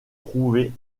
trouver